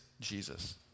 Jesus